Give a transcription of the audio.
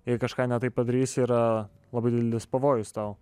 jei kažką ne taip padarysi yra labai didelis pavojus tau